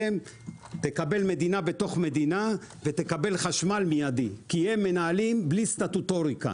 תקבל מדינה בתוך מדינה ותקבל חשמל מיידית כי הם מנהלים בלי סטטוטוריקה.